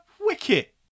wicket